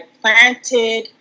planted